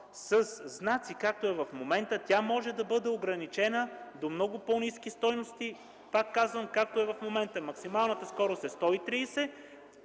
със знаци, както е в момента, може да бъде ограничена до много по-ниски стойности, пак казвам, както е в момента – максималната скорост е 130,